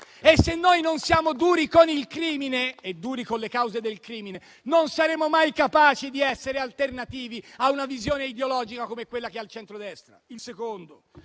Se noi non siamo duri con il crimine e con le cause del crimine, non saremo mai capaci di essere alternativi a una visione ideologica come quella che ha il centrodestra.